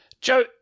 joe